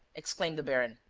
exclaimed the baron.